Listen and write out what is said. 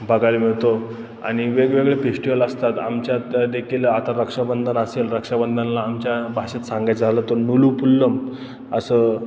बघायला मिळतो आणि वेगवेगळे फेस्टिवल असतात आमच्यात देखील आता रक्षाबंधन असेल रक्षाबंधनला आमच्या भाषेत सांगायचं झालं तर नुलूपुल्लम असं